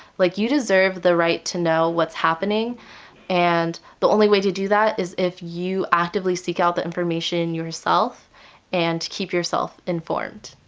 like you deserve the right to know what's happening and the only way to do that is if you actively seek out the information yourself and to keep yourself informed.